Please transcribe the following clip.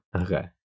okay